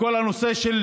עם כל הנושא של